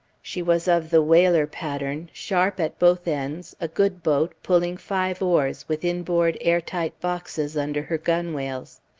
she was of the whaler pattern, sharp at both ends, a good boat, pulling five oars, with inboard air-tight boxes under her gunwales.